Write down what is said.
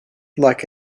like